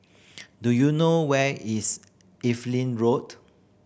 do you know where is Evelyn Road